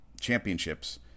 championships